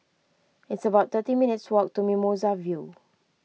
it's about thirty minutes' walk to Mimosa View